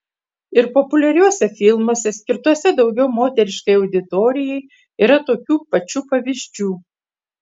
ir populiariuose filmuose skirtuose daugiau moteriškai auditorijai yra tokių pačių pavyzdžių